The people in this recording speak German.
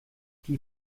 die